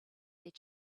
their